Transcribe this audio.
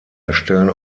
erstellen